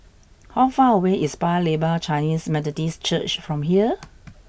how far away is Paya Lebar Chinese Methodist Church from here